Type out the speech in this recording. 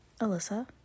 Alyssa